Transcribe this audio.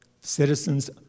citizens